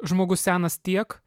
žmogus senas tiek